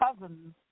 cousins